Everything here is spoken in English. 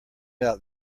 out